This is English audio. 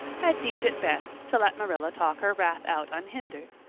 had deemed it best to let marilla talk her wrath out unhindered,